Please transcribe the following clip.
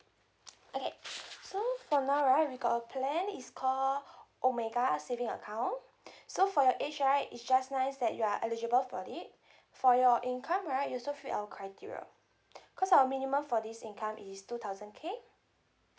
okay so for now right we got a plan it's call omega saving account so for your age right is just nice that you are eligible for it for your income right you also fir our criteria cause our minimum for this income is two thousand K